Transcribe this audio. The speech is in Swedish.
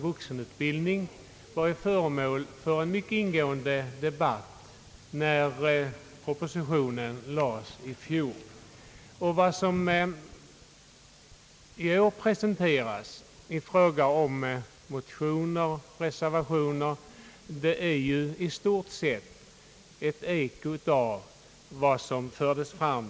Vuxenutbildningen var föremål för en mycket ingående debatt när propositionen lades fram i fjol, och vad som i år presenteras i fråga om motioner och reservationer är ju i stort sett ett eko av vad som då fördes fram.